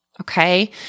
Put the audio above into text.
Okay